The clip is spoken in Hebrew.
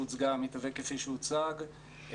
המתווה כפי שהוצג,